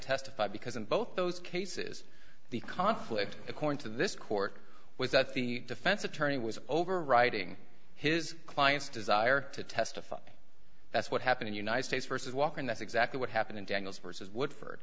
testify because in both those cases the conflict according to this court was that the defense attorney was overriding his client's desire to testify that's what happened in united states versus walker and that's exactly what happened in daniel's verses